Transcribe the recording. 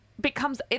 becomes